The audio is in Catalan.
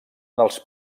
dels